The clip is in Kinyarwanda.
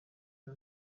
bya